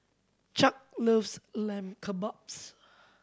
Chuck loves Lamb Kebabs